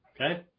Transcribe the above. okay